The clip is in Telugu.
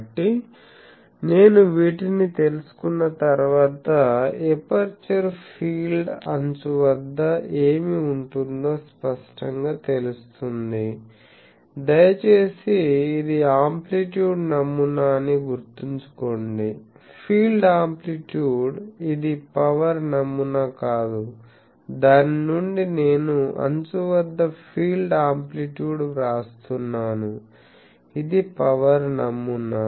కాబట్టి నేను వీటిని తెలుసుకున్న తర్వాత ఎపర్చరు ఫీల్డ్ అంచు వద్ద ఏమి ఉంటుందో స్పష్టంగా తెలుస్తుంది దయచేసి ఇది ఆమ్ప్లిట్యూడ్ నమూనా అని గుర్తుంచుకోండి ఫీల్డ్ ఆమ్ప్లిట్యూడ్ ఇది పవర్ నమూనా కాదు దాని నుండి నేను అంచు వద్ద ఫీల్డ్ ఆమ్ప్లిట్యూడ్ వ్రాస్తున్నాను ఇది పవర్ నమూనా